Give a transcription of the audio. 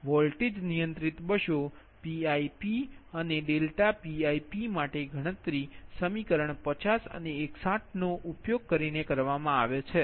voltage નિયંત્રિત બસો Pip અને ∆Pip માટે ગણતરી સમીકરણ 50 અને 61 નો ઉપયોગ કરીને ગણવામાં આવે છે